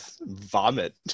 vomit